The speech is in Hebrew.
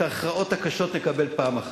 את ההכרעות הקשות נקבל פעם אחת.